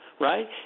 right